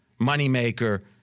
moneymaker